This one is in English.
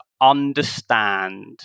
understand